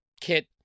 kit